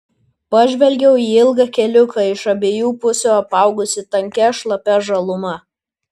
pažvelgiau į ilgą keliuką iš abiejų pusių apaugusį tankia šlapia žaluma